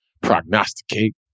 prognosticate